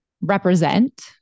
represent